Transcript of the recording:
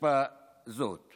אשפה זו.